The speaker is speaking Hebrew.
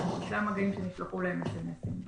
אלה המגעים שנשלחו להם מסרונים.